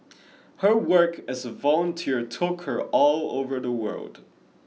her work as a volunteer took her all over the world